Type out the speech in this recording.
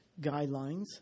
guidelines